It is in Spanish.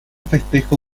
festejo